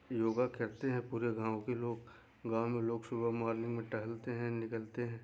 योगा करते हैं पूरे गाँव के लोग गाँव में लोग सुबह मॉर्निंग में टहलते हैं निकलते हैं